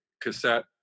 cassette